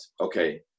Okay